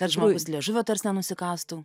kad žmogus liežuvio tars nenusikąstų